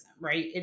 right